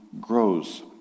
grows